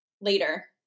later